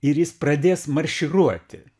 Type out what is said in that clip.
ir jis pradės marširuoti